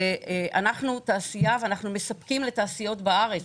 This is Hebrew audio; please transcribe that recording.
אנחנו תעשייה ואנחנו מספקים לתעשיות בארץ.